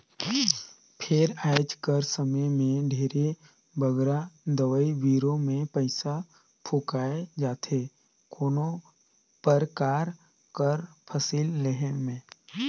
फेर आएज कर समे में ढेरे बगरा दवई बीरो में पइसा फूंकाए जाथे कोनो परकार कर फसिल लेहे में